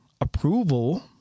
approval